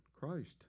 Christ